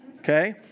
okay